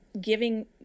giving